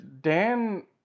Dan